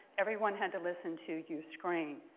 everyone had to listen to you scream.